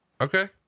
Okay